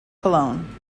cologne